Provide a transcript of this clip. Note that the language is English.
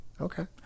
Okay